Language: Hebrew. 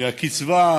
והקצבה,